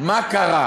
מה קרה?